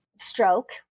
stroke